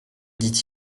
dit